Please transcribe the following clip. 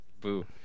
boo